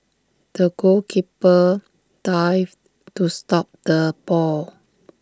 the goalkeeper dived to stop the ball